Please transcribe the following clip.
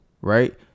right